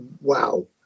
Wow